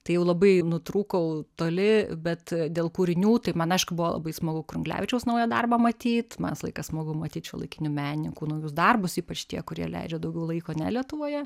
tai jau labai nutrūkau toli bet dėl kūrinių tai man aišku buvo labai smagu krunglevičiaus naują darbą matyt man visą laiką smagu matyt šiuolaikinių menininkų naujus darbus ypač tie kurie leidžia daugiau laiko ne lietuvoje